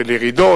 של ירידות.